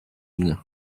mnie